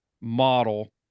model